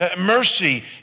Mercy